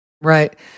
right